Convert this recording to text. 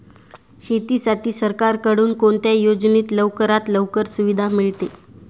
शेतीसाठी सरकारकडून कोणत्या योजनेत लवकरात लवकर सुविधा मिळते?